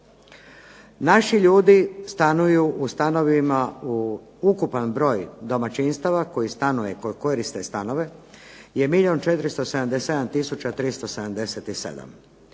Naši ljudi stanuju u stanovima u ukupan broj domaćinstava koji stanuje koji